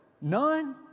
none